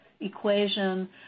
equation